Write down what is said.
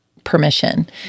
Permission